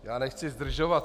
Já nechci zdržovat.